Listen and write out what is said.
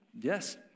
yes